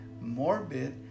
morbid